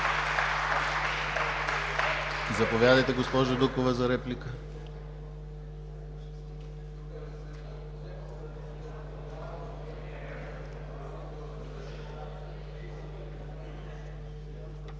Заповядайте, госпожо Дукова, за реплика.